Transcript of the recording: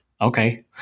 Okay